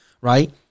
right